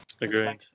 Agreed